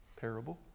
parable